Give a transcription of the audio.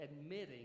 admitting